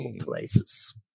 places